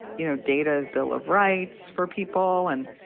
you know, data bill of rights for people. and,